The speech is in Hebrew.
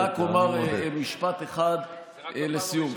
אומר משפט אחד לסיום: